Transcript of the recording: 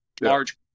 large